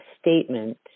statement